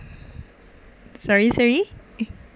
sorry sorry